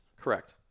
correct